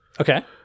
Okay